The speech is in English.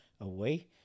away